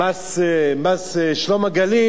מס "שלום הגליל",